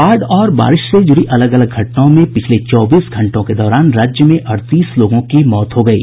बाढ़ और बारिश से जुड़ी अलग अलग घटनाओं में पिछले चौबीस घंटों के दौरान राज्य में अड़तीस लोगों की मौत हो गयी